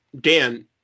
Dan